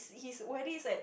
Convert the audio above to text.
is where it is at